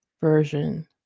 version